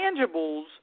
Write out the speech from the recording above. tangibles